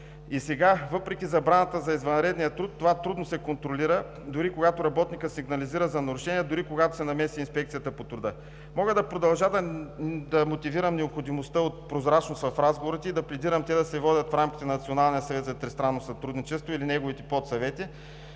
И сега, въпреки забраната за извънреден труд, това трудно се контролира, дори когато работникът сигнализира за нарушения, дори когато се намеси Инспекцията по труда. Мога да продължа да мотивирам необходимостта от прозрачност в разговорите и да пледирам те да се водят в рамките на Националния съвет за тристранно сътрудничество или неговите подсъвети,